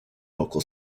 local